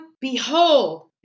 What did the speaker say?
behold